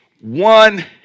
one